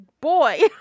boy